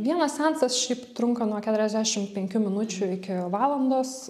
vienas seansas šiaip trunka nuo keturiasdešimt penkių minučių iki valandos